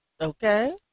okay